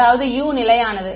அதாவது U நிலையானது